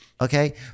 okay